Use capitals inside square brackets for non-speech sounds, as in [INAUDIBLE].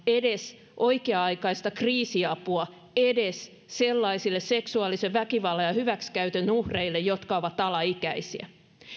[UNINTELLIGIBLE] edes oikea aikaista kriisiapua edes sellaisille seksuaalisen väkivallan ja hyväksikäytön uhreille jotka ovat ala ikäisiä